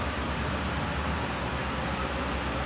I don't know dia orang buat like macam ada certain implement~